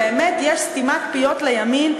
באמת יש סתימת פיות לימין,